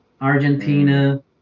Argentina